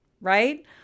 right